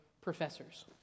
professors